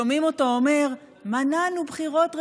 שומעים אותו אומר: מנענו בחירות רביעיות.